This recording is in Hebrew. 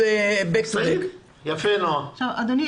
אדוני,